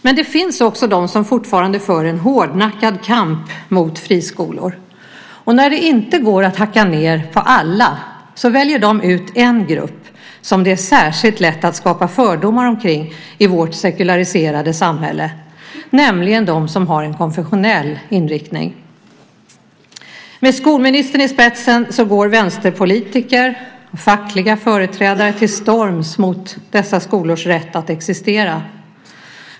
Men det finns också de som fortfarande för en hårdnackad kamp mot friskolor. Och när det inte går att hacka ned på alla väljer de ut en grupp som det är särskilt lätt att skapa fördomar omkring i vårt sekulariserade samhälle, nämligen de som har en konfessionell inriktning. Med skolministern i spetsen går vänsterpolitiker och fackliga företrädare till storms mot dessa skolors rätt att existera.